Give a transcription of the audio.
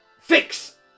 fix